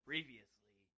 Previously